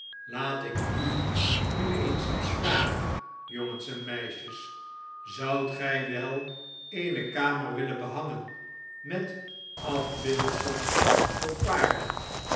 laat ik u nu eens iets vragen jongens en meisjes zoudt gij wel eene kamer willen behangen met afbeeldsels van paarden